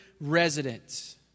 residents